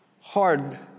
hard